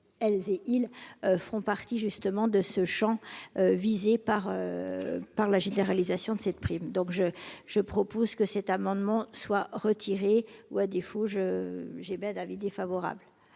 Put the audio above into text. elles et ils feront partie justement de ce Champ visé par par la généralisation de cette prime, donc je, je propose que cet amendement soit retiré ou à défaut je j'ai pas d'avis défavorable.